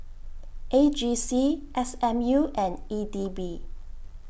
A G C S M U and E D B